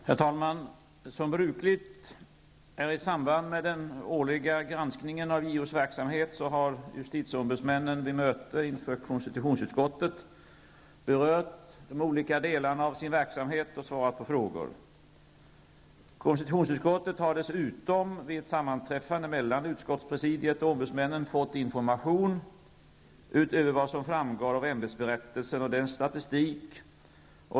Herr talman! Som det är brukligt i samband med den årliga granskningen av JOs verksamhet har justitieombudsmännen vid möte inför konstitutionsutskottet berört de olika delarna av sin verksamhet och svarat på frågor. Konstitutionsutskottet har dessutom vid ett sammanträffande mellan utskottspresidiet och ombudsmännen fått information utöver vad som framgår av ämbetsberättelsen och statistik.